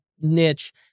niche